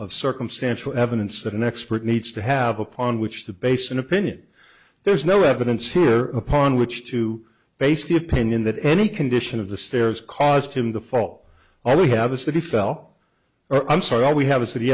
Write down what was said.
of circumstantial evidence that an expert needs to have upon which to base an opinion there's no evidence here upon which to base the opinion that any condition of the stairs caused him to fall all we have is that he fell or i'm sorry all we have is that he